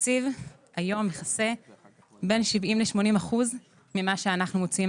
התקציב היום מכסה בין 70% ל-80% ממה שאנחנו מוציאים.